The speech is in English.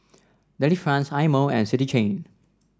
Delifrance Eye Mo and City Chain